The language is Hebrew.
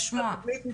התכנית.